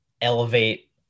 elevate